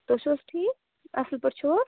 تُہۍ چھُو حظ ٹھیٖک اَصٕل پٲٹھۍ چھِو حظ